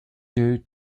deux